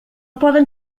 poden